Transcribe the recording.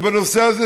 בנושא הזה,